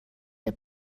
der